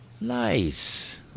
nice